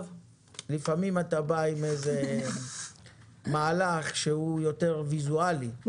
לפעמים אתה בא עם מהלך שהוא יותר ויזואלי,